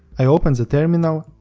i opened the terminal,